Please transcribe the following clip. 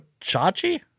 Chachi